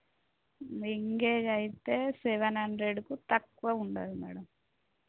engage అయితే seven హండ్రెడ్కు తక్కువ ఉండదు మేడం